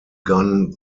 gone